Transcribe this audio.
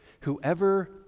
Whoever